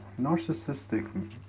narcissistic